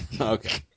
Okay